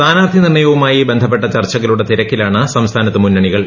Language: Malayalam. സ്ഥാനാർത്ഥി നിർണ്ണയവുമായി ബന്ധപ്പെട്ട ചർച്ചകളുടെ തിരക്കിലാണ് സംസ്ഥാനത്ത് മുന്നണികൾ